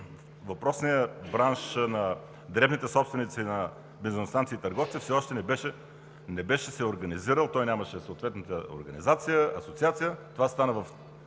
въпросният бранш на дребните собственици на бензиностанции и търговци все още не беше се организирал. Той нямаше съответната организация, асоциация, това става в